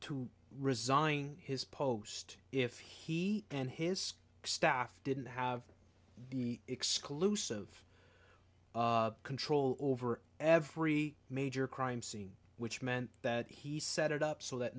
to resign his post if he and his staff didn't have the exclusive control over every major crime scene which meant that he set it up so that